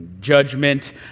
judgment